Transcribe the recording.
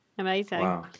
Amazing